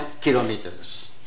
kilometers